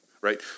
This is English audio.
right